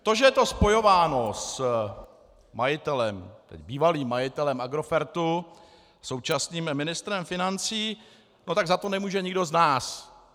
To, že je to spojováno s majitelem, bývalým majitelem Agrofertu, současným ministrem financí, za to nemůže nikdo z nás.